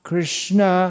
Krishna